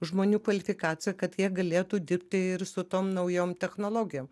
žmonių kvalifikaciją kad jie galėtų dirbti ir su tom naujom technologijom